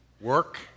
work